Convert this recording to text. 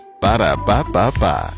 Ba-da-ba-ba-ba